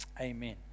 Amen